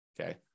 okay